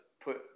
put